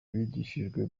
bigishijwe